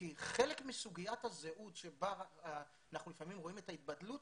כי חלק מסוגיית הזהות שבה אנחנו לפעמים רואים את ההתבדלות